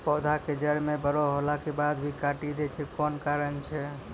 पौधा के जड़ म बड़ो होला के बाद भी काटी दै छै कोन कारण छै?